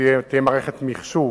ותהיה מערכת מחשוב.